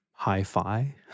hi-fi